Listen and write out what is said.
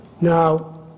Now